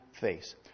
face